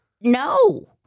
no